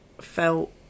felt